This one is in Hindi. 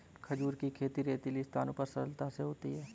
खजूर खेती रेतीली स्थानों पर सरलता से होती है